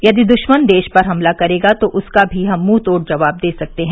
यदि द्श्मन देश पर हमला करेगा तो उसका भी हम मुंहतोड़ जवाब दे सकते हैं